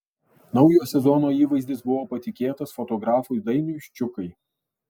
naujo sezono įvaizdis buvo patikėtas fotografui dainiui ščiukai